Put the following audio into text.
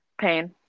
pain